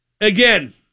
Again